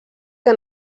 que